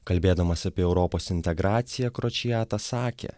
kalbėdamas apie europos integraciją kročijata sakė